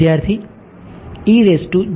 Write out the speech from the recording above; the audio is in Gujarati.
સાચું